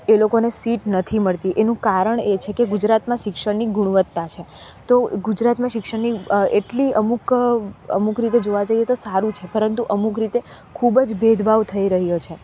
એ લોકોને સીટ નથી મળતી એનું કારણ એ છે કે ગુજરાતમાં શિક્ષણની ગુણવતા છે તો ગુજરાતમાં શિક્ષણની એટલી અમુક અમુક રીતે જોવા જઈએ તીતો સારું છે પરંતુ અમુક રીતે ખૂબ જ ભેદભાવ થઈ રહ્યો છે